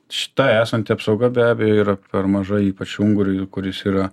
šita esanti apsauga be abejo yra per maža ypač unguriui ir kuris yra